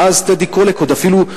ואז טדי קולק עוד אפילו,